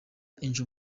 angel